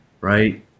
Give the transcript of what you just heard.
right